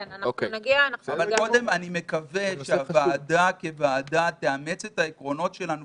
אבל קודם אני מקווה שהוועדה תאמץ את העקרונות שלנו,